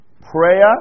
prayer